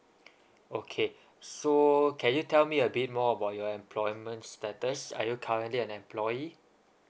okay so can you tell me a bit more about your employment status are you currently an employee